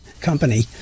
company